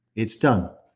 it's done.